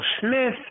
Smith